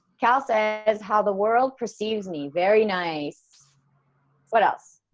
cal says how the world perceives me very nice what else,